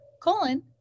colon